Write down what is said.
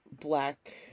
black